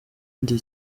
muri